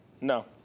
No